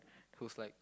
who's like